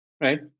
right